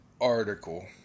article